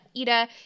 Ida